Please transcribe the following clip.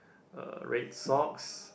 uh red socks